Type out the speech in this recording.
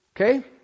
Okay